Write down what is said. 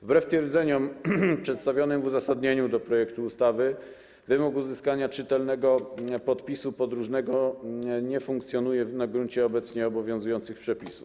Wbrew twierdzeniom przedstawionym w uzasadnieniu projektu ustawy wymóg uzyskania czytelnego podpisu podróżnego nie funkcjonuje na gruncie obecnie obowiązujących przepisów.